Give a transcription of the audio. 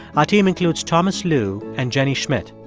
our team includes thomas lu and jenny schmidt.